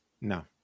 No